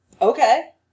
Okay